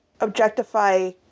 objectify